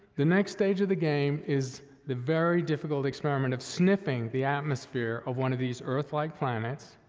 the next stage of the game is the very difficult experiment of sniffing the atmosphere of one of these earth-like planets,